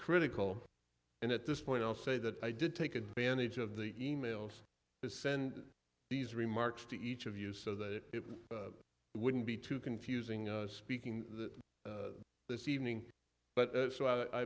critical and at this point i'll say that i did take advantage of the e mails to send these remarks to each of you so that it wouldn't be too confusing speaking to this evening but so i